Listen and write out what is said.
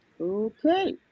Okay